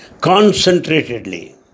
concentratedly